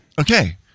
Okay